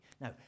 Now